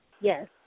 yes